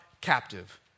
captive